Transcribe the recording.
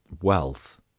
wealth